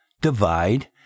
divide